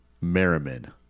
Merriman